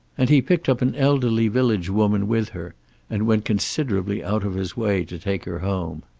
and he picked up an elderly village woman with her and went considerably out of his way to take her home.